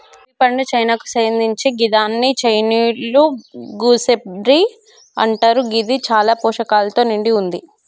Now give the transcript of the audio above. kiwi పండు చైనాకు సేందింది గిదాన్ని చైనీయుల గూస్బెర్రీ అంటరు గిది చాలా పోషకాలతో నిండి వుంది